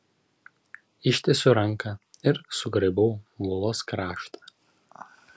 ištiesiu ranką ir sugraibau uolos kraštą